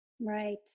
right